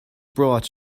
brought